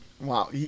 Wow